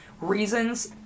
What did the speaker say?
reasons